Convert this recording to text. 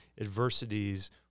adversities